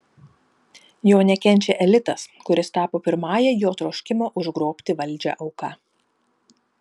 jo nekenčia elitas kuris tapo pirmąja jo troškimo užgrobti valdžią auka